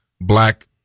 black